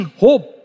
hope